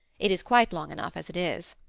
it is quite long enough as it is.